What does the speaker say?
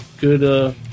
good